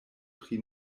pri